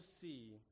see